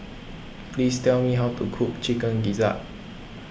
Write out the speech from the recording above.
please tell me how to cook Chicken Gizzard